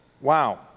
Wow